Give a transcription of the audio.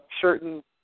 certain